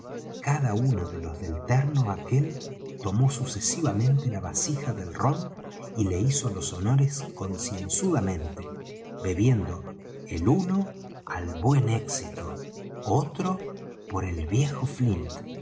cada uno de los del terno aquel tomó sucesivamente la vasija del rom y le hizo los honores concienzudamente bebiendo el uno al buen éxito otro por el viejo flint